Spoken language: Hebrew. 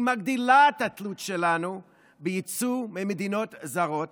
היא מגדילה את התלות שלנו ביצוא ממדינות זרות,